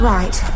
Right